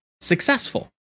successful